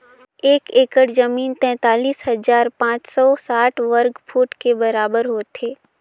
एक एकड़ जमीन तैंतालीस हजार पांच सौ साठ वर्ग फुट के बराबर होथे